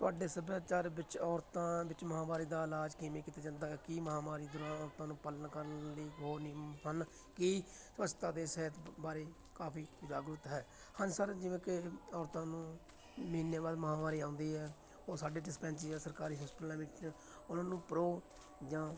ਤੁਹਾਡੇ ਸੱਭਿਆਚਾਰ ਵਿੱਚ ਔਰਤਾਂ ਵਿੱਚ ਮਾਹਵਾਰੀ ਦਾ ਇਲਾਜ ਕਿਵੇਂ ਕੀਤਾ ਜਾਂਦਾ ਹੈ ਕੀ ਮਾਹਵਾਰੀ ਦੌਰਾਨ ਔਰਤਾਂ ਨੂੰ ਪਾਲਣ ਕਰਨ ਲਈ ਹੋਰ ਨਿਯਮ ਹਨ ਕੀ ਸਵੱਛਤਾ ਅਤੇ ਸਿਹਤ ਬਾਰੇ ਕਾਫ਼ੀ ਜਾਗਰੂਕ ਹੈ ਹਾਂਜੀ ਸਰ ਜਿਵੇਂ ਕਿ ਔਰਤਾਂ ਨੂੰ ਮਹੀਨੇ ਬਾਅਦ ਮਾਹਵਾਰੀ ਆਉਂਦੀ ਹੈ ਉਹ ਸਾਡੇ ਡਿਸਪੈਂਸਰੀ ਜਾਂ ਸਰਕਾਰੀ ਹੋਸਪੀਟਲਾਂ ਵਿੱਚ ਉਹਨਾਂ ਨੂੰ ਪ੍ਰੋ ਜਾਂ